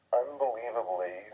unbelievably